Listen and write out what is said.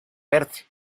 verde